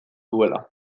duela